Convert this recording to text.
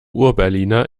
urberliner